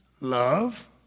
love